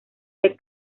del